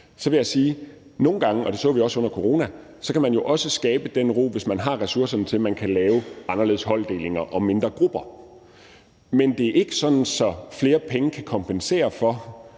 vil jeg sige, at nogle gange, og det så vi også under corona, kan man jo også skabe den ro, hvis man har ressourcerne til, at man kan lave anderledes holdopdelinger og mindre grupper. Men det er ikke sådan, at flere penge kan kompensere for,